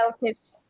relatives